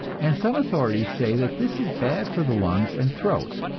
and some authorities say that this is bad for the lungs and throat.